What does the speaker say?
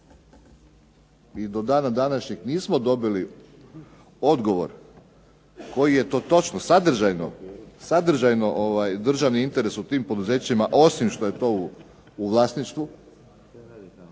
i do dana današnjeg nismo dobili odgovor koji je to točno sadržajno državni interes u državnim poduzećima osim što je to u vlasništvu